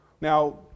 Now